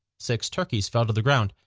six turkeys fell to the ground.